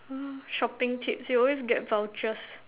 !huh! shopping tips you always get vouchers